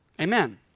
Amen